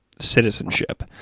citizenship